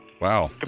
Wow